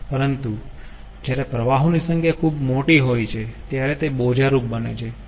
પરંતુ જ્યારે પ્રવાહોની સંખ્યા ખુબ મોટી હોય છે ત્યારે તે બોજારૂપ બને છે